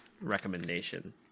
recommendation